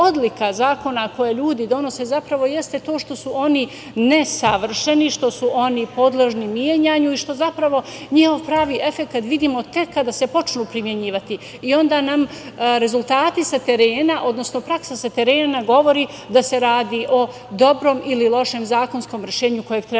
odlika zakona koje ljudi donose zapravo jeste što su oni nesavršeni, što su oni podložni menjanju i što zapravo njihov pravi efekat vidimo tek kada se počnu primenjivati. Onda nam rezultati sa terena, odnosno praksa sa terena govori da se radi o dobrom ili lošem zakonskom rešenju koje treba menjati.